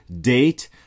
date